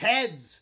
Heads